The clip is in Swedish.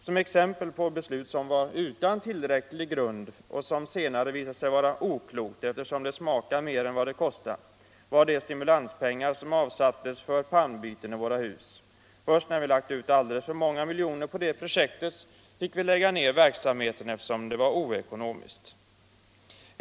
Som exempel på beslut som var utan tillräcklig grund och som senare visade sig vara okloka eftersom de smakade mer än de kostade kan nämnas de stimulanspengar som avsattes för pannbyten i våra hus. Först när vi lagt ut alldeles för många miljoner på det projektet fick vi upphöra med verksamheten eftersom den var oekonomisk.